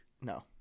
No